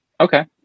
Okay